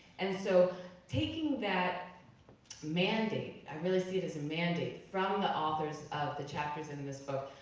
and so taking that mandate, i really see it as a mandate, from the authors of the chapters in this book,